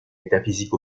métaphysique